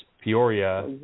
Peoria